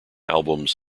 albums